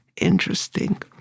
interesting